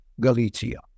Galicia